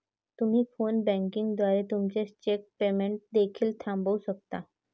तुम्ही phone banking द्वारे तुमचे चेक पेमेंट देखील थांबवू शकता